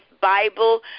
Bible